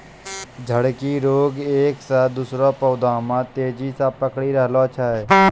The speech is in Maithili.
झड़की रोग एक से दुसरो पौधा मे बहुत तेजी से पकड़ी रहलो छै